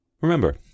Remember